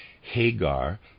Hagar